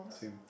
same